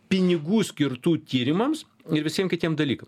pinigų skirtų tyrimams ir visiem kitiem dalykam